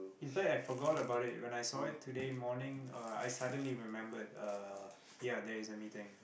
in fact I forgot about it when I saw it today morning uh I suddenly remembered uh ya there is a meeting